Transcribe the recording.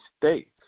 States